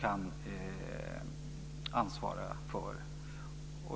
kan ansvara för.